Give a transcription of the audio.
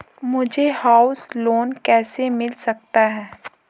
मुझे house loan कैसे मिल सकता है?